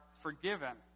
forgiven